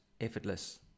effortless